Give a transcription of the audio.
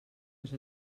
més